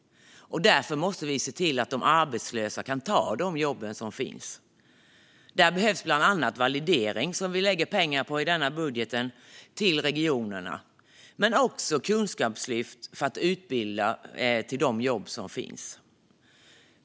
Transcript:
Därför måste vi se till att de arbetslösa kan ta de jobb som finns. Då behövs bland annat validering, som vi lägger pengar på i budgeten till regionerna, men också kunskapslyft för att utbilda till de jobb som finns.